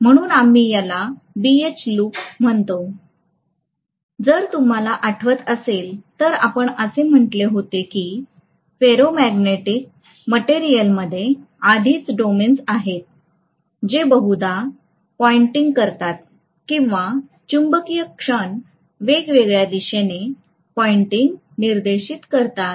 म्हणून आम्ही याला BH लूप म्हणते जर तुम्हाला आठवत असेल तर आपण असे म्हटले होते की फेरोमॅग्नेटिक मटेरियलमध्ये आधीच डोमेन्स आहेत जे बहुदा पॉइंटिंग करतात किंवा चुंबकीय क्षण वेगवेगळ्या दिशेने पॉइंटिंग निर्देशित करतात